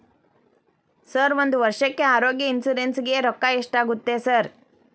Sir ಒಂದು ವರ್ಷಕ್ಕೆ ಆರೋಗ್ಯ ಇನ್ಶೂರೆನ್ಸ್ ಗೇ ರೊಕ್ಕಾ ಎಷ್ಟಾಗುತ್ತೆ ಸರ್?